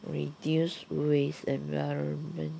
reduce waste environment